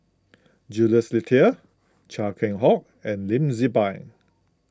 Jules Itier Chia Keng Hock and Lim Tze Peng